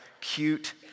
cute